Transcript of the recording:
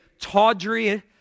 tawdry